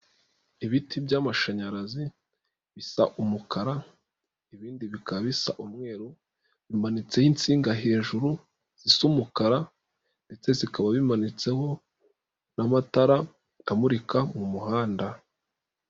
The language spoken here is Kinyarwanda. Ibiti by'amashanyarazi bisa umukara, ibindi bikababisa umweru, bimanitseho insinga hejuru zisa umukara, ndetse zikaba zimanitseho n'amatara amurika mu muhanda.